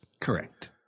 Correct